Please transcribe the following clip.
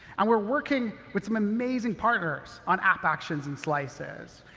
and we're working with some amazing partners on app actions and slices.